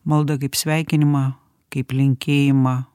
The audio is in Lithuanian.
maldą kaip sveikinimą kaip linkėjimą